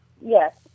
yes